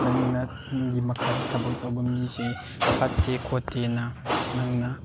ꯅꯪꯅ ꯅꯪꯒꯤ ꯃꯈꯥꯗ ꯊꯕꯛ ꯇꯧꯕ ꯃꯤꯁꯦ ꯐꯠꯇꯦ ꯈꯣꯠꯇꯦꯅ ꯅꯪꯅ